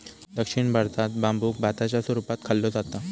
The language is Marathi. दक्षिण भारतात बांबुक भाताच्या स्वरूपात खाल्लो जाता